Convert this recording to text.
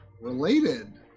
related